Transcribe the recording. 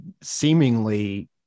seemingly